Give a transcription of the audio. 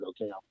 okay